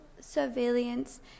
surveillance